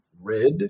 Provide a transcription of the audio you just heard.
red